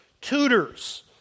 Tutors